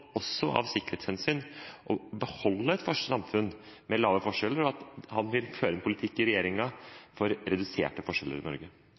også av sikkerhetshensyn, å beholde et samfunn med små forskjeller, og at han vil føre en politikk i regjeringen for reduserte forskjeller i Norge.